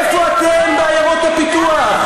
איפה אתם בעיירות הפיתוח?